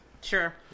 Sure